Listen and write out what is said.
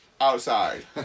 Outside